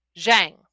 zhang